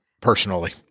personally